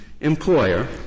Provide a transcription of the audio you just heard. employer